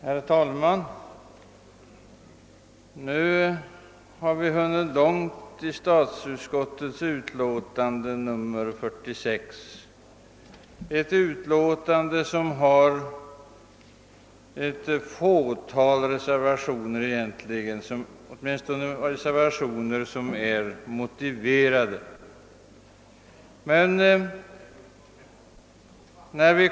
Herr talman! Vi har nu hunnit långt i statsutskottets utlåtande nr 46, ett utlåtande som egentligen har ett fåtal reservationer — åtminstone sådana som är motiverade.